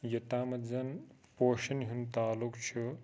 یوٚتامَتھ زَن پوشَن ہُنٛد تعلُق چھُ